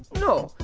no,